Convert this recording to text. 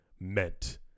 meant